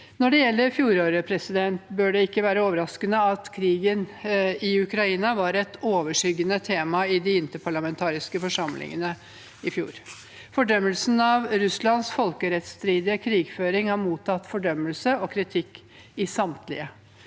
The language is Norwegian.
Når det gjelder fjoråret, bør det ikke være overraskende at krigen i Ukraina var et overskyggende tema i de interparlamentariske forsamlingene. Russlands folkerettsstridige krigføring har mottatt fordømmelse og kritikk i samtlige.